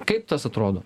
kaip tas atrodo